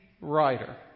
writer